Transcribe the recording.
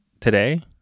today